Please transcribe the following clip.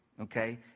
okay